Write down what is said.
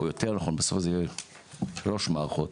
או יותר נכון בסופו של דבר זה יהיה שלוש מערכות.